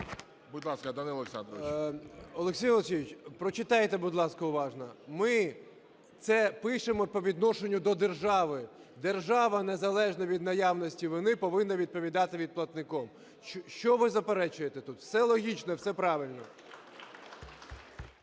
Олексій Олексійович, прочитайте, будь ласка, уважно. Ми це пишемо по відношенню до держави. Держава, незалежно від наявності вини, повинна відповідати перед платником. Що ви заперечуєте тут? Все логічно і все правильно.